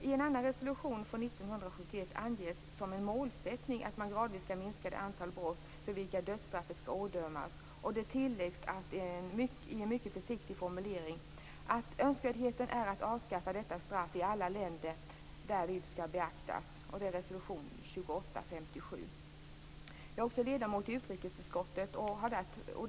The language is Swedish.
I en annan resolution från 1971 anges som en målsättning att man gradvis skall minska det antal brott för vilka dödsstraff skall ådömas. Det tilläggs i en mycket försiktig formulering att önskvärdheten av att avskaffa detta straff i alla länder därvid skall beaktas. Det är resolution 2857. Jag är också ledamot i utrikesutskottet.